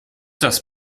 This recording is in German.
das